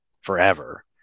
forever